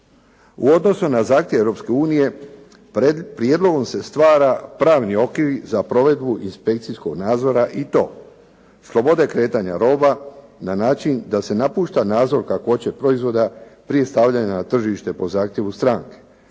U odnosu na zahtjev Europske unije prijedlogom se stvara pravni okvir za provedbu inspekcijskog nadzora i to slobode kretanja roba na način da se napušta nadzor kakvoće proizvoda prije stavljanja na tržište po zahtjevu stranke.